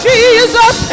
Jesus